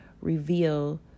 reveal